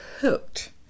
hooked